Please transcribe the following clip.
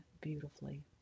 beautifully